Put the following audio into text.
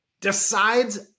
decides